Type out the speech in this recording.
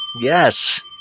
Yes